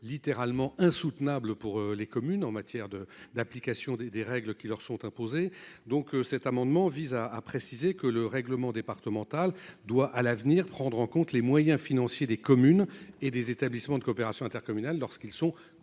littéralement insoutenable pour les communes en matière de d'application des des règles qui leur sont imposées donc cet amendement vise à a préciser que le règlement départemental doit à l'avenir prendre en compte les moyens financiers des communes et des établissements de coopération intercommunale lorsqu'ils sont